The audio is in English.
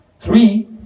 Three